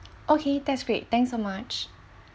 okay that's great thanks so much